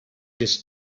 this